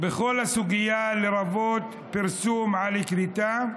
בכל הסוגיה, לרבות פרסום על כריתה,